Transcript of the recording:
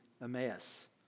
Emmaus